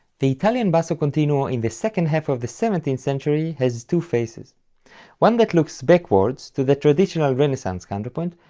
the italian basso continuo ah in the second half of the seventeenth century has two faces one that looks backwards to the traditional renaissance counterpoint,